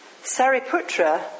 Sariputra